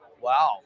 Wow